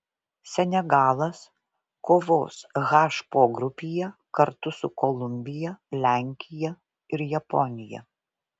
senegalas kovos h pogrupyje kartu su kolumbija lenkija ir japonija